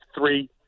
three